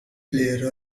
player